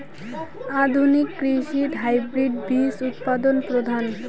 আধুনিক কৃষিত হাইব্রিড বীজ উৎপাদন প্রধান